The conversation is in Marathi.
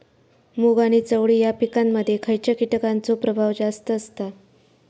मूग आणि चवळी या पिकांमध्ये खैयच्या कीटकांचो प्रभाव जास्त असता?